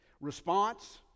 response